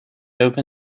open